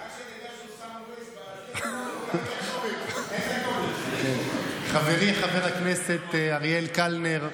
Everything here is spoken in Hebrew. רק שתדע שהוא שם Waze, חברי חבר הכנסת אריאל קלנר,